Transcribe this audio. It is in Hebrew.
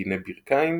מגיני ברכיים,